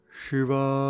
Shiva